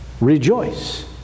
Rejoice